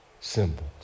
symbols